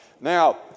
Now